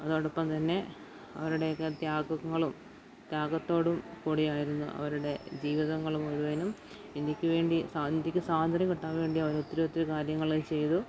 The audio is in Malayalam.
അതോടൊപ്പം തന്നെ അവരുടെയൊക്കെ ത്യാഗങ്ങളും ത്യാഗത്തോട് കൂടിയായിരുന്നു അവരുടെ ജീവിതങ്ങള് മുഴുവനും ഇന്ത്യക്ക് വേണ്ടി ഇന്ത്യക്ക് സ്വാതന്ത്ര്യം കിട്ടാൻ വേണ്ടി അവര് ഒത്തിരി ഒത്തിരി കാര്യങ്ങള് ചെയ്തു